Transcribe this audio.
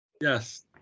yes